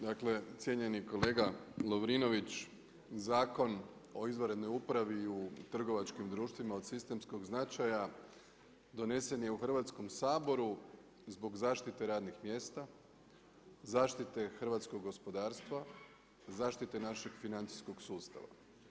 Dakle, cijenjeni kolega Lovrinović, Zakon o izvanrednoj upravi u trgovačkim društvima od sistemskog značaja, donesen je u Hrvatskom saboru, zbog zaštite radnih mjesta, zaštite hrvatskog gospodarstva, zaštite našeg financijskog sustava.